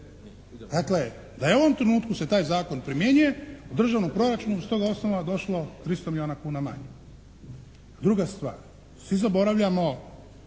Dakle, da je u ovom trenutku se taj zakon primjenjuje u državnom proračunu s tog osnova bi došlo 300 milijuna kuna manje. Druga stvar, svi zaboravljamo